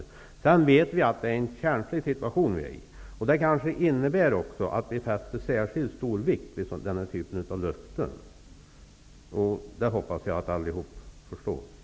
Vi befinner oss här i en känslig situation, och i en sådan lägger vi särskilt stor vikt vid den typ av löften som här getts. Jag hoppas att alla förstår detta.